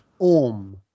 Om